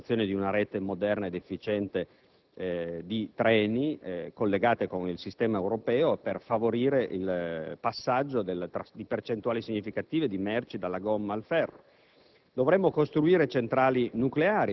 per rendere impossibile la realizzazione di una rete moderna ed efficiente di treni, collegata al sistema europeo, per favorire il passaggio di percentuali importanti di merci dalla gomma al ferro.